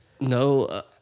No